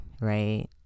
right